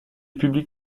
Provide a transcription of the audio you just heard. publique